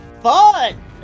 FUN